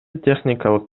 техникалык